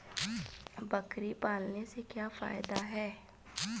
बकरी पालने से क्या फायदा है?